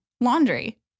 laundry